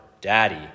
Daddy